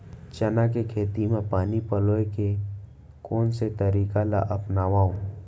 चना के खेती म पानी पलोय के कोन से तरीका ला अपनावव?